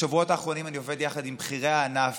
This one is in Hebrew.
בשבועות האחרונים אני עובד יחד עם בכירי הענף